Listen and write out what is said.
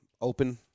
open